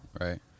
Right